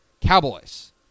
Cowboys